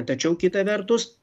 tačiau kita vertus